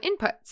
inputs